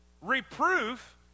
Reproof